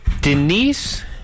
Denise